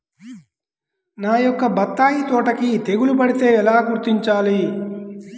నా యొక్క బత్తాయి తోటకి తెగులు పడితే ఎలా గుర్తించాలి?